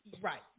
Right